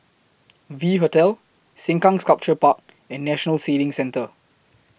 V Hotel Sengkang Sculpture Park and National Sailing Centre